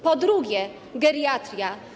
Po drugie, geriatria.